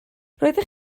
roeddech